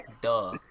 Duh